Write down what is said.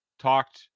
talked